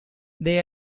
they